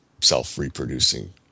self-reproducing